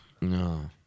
No